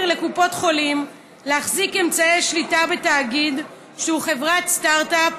לקופות חולים להחזיק אמצעי שליטה בתאגיד שהוא חברת סטרט-אפ,